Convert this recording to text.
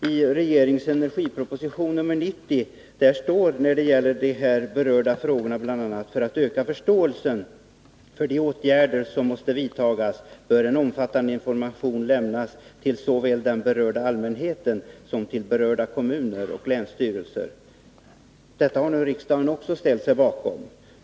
I regeringens energiproposition, proposition 1980/81:90, står det när det gäller de här berörda frågorna bl.a.: ”För att öka förståelsen för de åtgärder som måste vidtagas bör en omfattande information lämnas till såväl den berörda allmänheten som till berörda kommuner och länsstyrelser.” Detta har nu även riksdagen ställt sig bakom.